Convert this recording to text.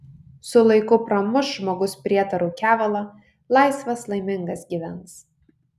su laiku pramuš žmogus prietarų kevalą laisvas laimingas gyvens